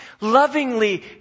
lovingly